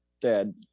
dad